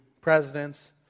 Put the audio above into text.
presidents